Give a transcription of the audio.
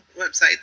website